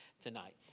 tonight